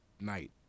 night